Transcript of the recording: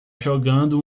jogando